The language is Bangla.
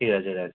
ঠিক আছে রাখি